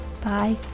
Bye